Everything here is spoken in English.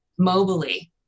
mobily